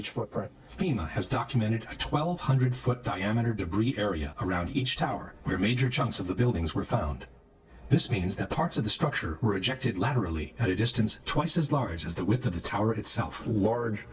footprint fema has documented a twelve hundred foot diameter debris area around each tower where major chunks of the buildings were found this means that parts of the structure rejected laterally at a distance twice as large as that with the tower itself war